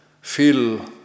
feel